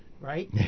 Right